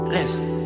Listen